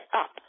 up